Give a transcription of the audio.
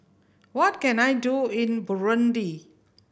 what can I do in Burundi